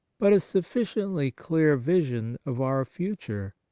but a sufficiently clear vision of our future,